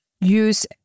use